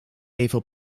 even